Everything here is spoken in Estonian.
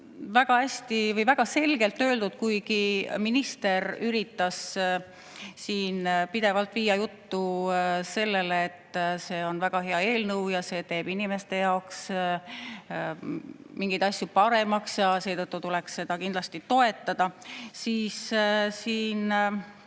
ja see on teisel lugemisel. Kuigi minister üritas siin pidevalt viia juttu sellele, et see on väga hea eelnõu ja see teeb inimeste jaoks mingeid asju paremaks ja seetõttu tuleks seda kindlasti toetada, siis siin